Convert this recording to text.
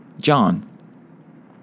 John